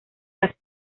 las